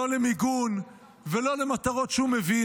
לא למיגון ולא למטרות שהוא מבין,